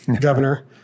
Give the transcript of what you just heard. Governor